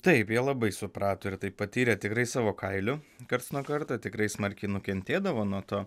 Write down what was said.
taip jie labai suprato ir tai patyrė tikrai savo kailiu karts nuo karto tikrai smarkiai nukentėdavo nuo to